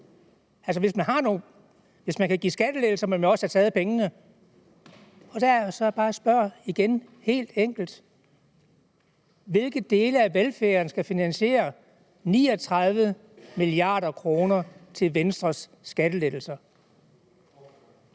hvis man kan give skattelettelser, må man også have taget pengene. Og der er det bare jeg så igen helt enkelt spørger: Hvilke dele af velfærden skal finansiere 39 mia. kr. til Venstres skattelettelser?